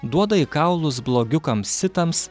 duoda į kaulus blogiukams sitams